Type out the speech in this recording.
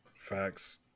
Facts